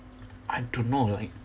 I don't know like